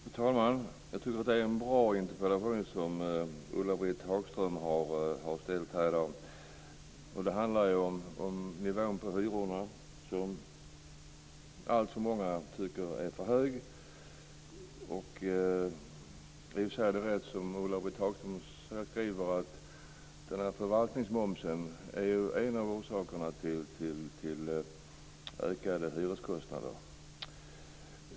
Fru talman! Jag tycker att det är en bra interpellation som Ulla-Britt Hagström har ställt här i dag. Den handlar ju om nivån på hyrorna. Det är många som tycker att den är alltför hög. Det är rätt som Ulla-Britt Hagström skriver att förvaltningsmomsen är en av orsakerna till ökade hyreskostnader.